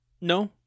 no